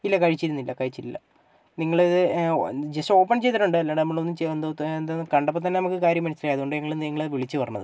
ഇല്ല കഴിച്ചിരുന്നില്ല കഴിച്ചിട്ടില്ല നിങ്ങളിത് ഏ ജസ്റ്റ് ഓപ്പൺ ചെയ്തിട്ടുണ്ട് അല്ലാണ്ട് നമ്മളൊന്നും ചെയ്യാ എന്തോ എന്താ കണ്ടപ്പം തന്നെ നമുക്ക് കാര്യം മനസിലായി അതുകൊണ്ടാണ് ഞങ്ങൾ നിങ്ങളെ വിളിച്ചു പറഞ്ഞത്